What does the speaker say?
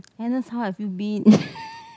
Agnes how have you been